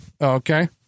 Okay